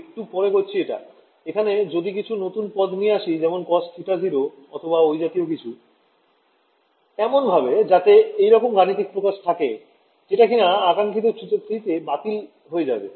একটু পরে করছি এটা এখানে যদি কিছু নতুন পদ নিয়ে আসি যেমন cos θ0 অথবা ঐ জাতীয় কিছু এমন ভাবে যাতে এইরকম গাণিতিক প্রকাশ থাকে যেটা কিনা আকাঙ্ক্ষিত θ0 তে বাতিল হয়ে যাবে